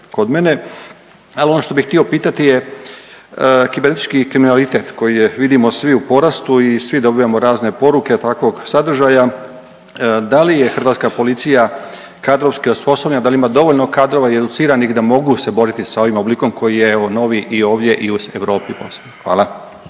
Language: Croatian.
kod mene. Ali ono što bi htio pitati je kibernetički kriminalitet koji je vidimo svi u porastu i svi dobivamo razne poruke takvog sadržaja, da li je Hrvatska policija kadrovski osposobljenja, da li ima dovoljno kadrova i educiranih da mogu se boriti sa ovim oblikom koji je evo novi i ovdje i u Europi posebno? Hvala.